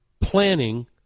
planning